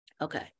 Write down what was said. okay